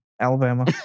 Alabama